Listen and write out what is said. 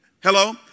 Hello